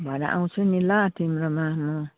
भरे आउँछु नि ल तिम्रोमा म